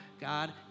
God